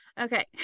okay